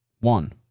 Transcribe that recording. One